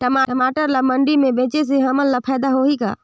टमाटर ला मंडी मे बेचे से हमन ला फायदा होही का?